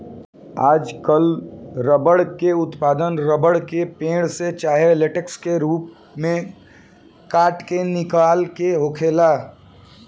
आजकल रबर के उत्पादन रबर के पेड़, से चाहे लेटेक्स के रूप में काट के निकाल के होखेला